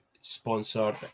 sponsored